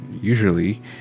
usually